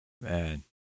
Man